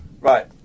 Right